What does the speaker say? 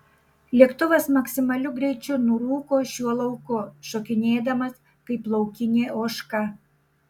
lėktuvas maksimaliu greičiu nurūko šiuo lauku šokinėdamas kaip laukinė ožka